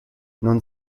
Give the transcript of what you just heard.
non